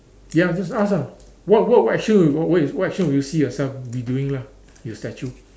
ya just ask ah what what what action what what action will you see yourself be doing lah in your statue